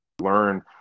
learn